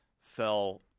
fell